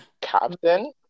Captain